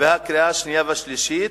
לקריאה השנייה והקריאה השלישית,